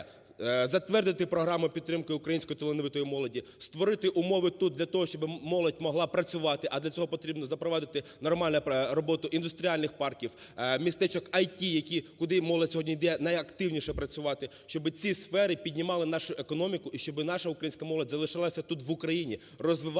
затвердити програму підтримки української талановитої молоді, створити умови тут для того, щоб молодь могла працювати, а для цього потрібно запровадити нормальну роботу індустріальних парків, містечок ІТ, куди молодь сьогодні іде найактивніше працювати. Щоб ці сфери піднімали нашу економіку і щоб наша українська молодь залишилася тут, в Україні, розвивала